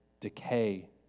decay